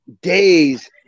days